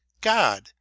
god